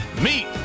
Meet